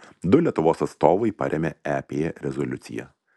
du lietuvos atstovai parėmė ep rezoliuciją